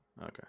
Okay